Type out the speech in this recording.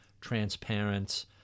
transparent